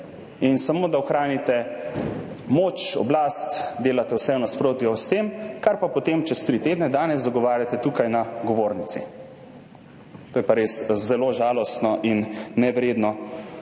in samo da ohranite moč, oblast, delate vse v nasprotju s tem, kar pa potem čez tri tedne, danes zagovarjate tukaj za govornico. To je pa res zelo žalostno in nevredno